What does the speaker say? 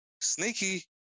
sneaky